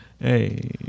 Hey